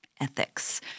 ethics